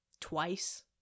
twice